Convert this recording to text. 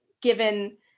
given